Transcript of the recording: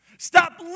Stop